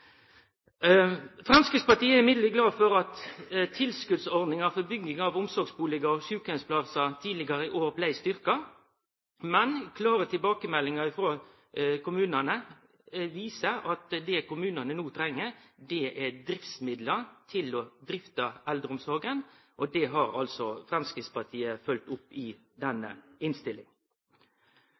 Framstegspartiet er likevel glad for at tilskotsordninga for bygging av omsorgsbustader og sjukeheimsplassar tidlegare i år blei styrkt, men klare tilbakemeldingar frå kommunane viser at det dei no treng, er midlar til å drifte eldreomsorga – og det har altså Framstegspartiet følgt opp i denne innstillinga.